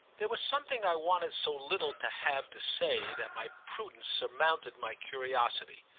there was something i wanted so little to have to say that my prudence surmounted my curiosity.